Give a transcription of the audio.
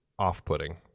Off-putting